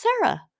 Sarah